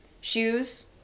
shoes